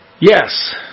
Yes